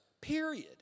Period